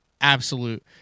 absolute